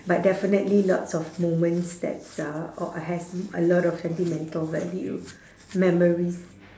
but definitely lots of moments that's uh or has a lot of sentimental value memories